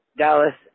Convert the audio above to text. dallas